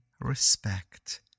respect